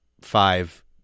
five